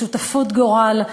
שותפות גורל,